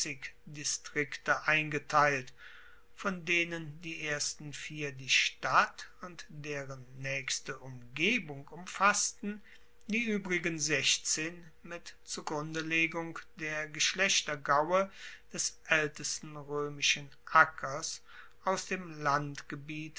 distrikte eingeteilt von denen die ersten vier die stadt und deren naechste umgebung umfassten die uebrigen sechzehn mit zugrundelegung der geschlechtergaue des aeltesten roemischen ackers aus dem landgebiet